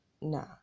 Nah